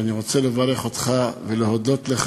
ואני רוצה לברך אותך ולהודות לך.